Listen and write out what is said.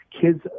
Kids